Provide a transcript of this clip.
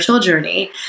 journey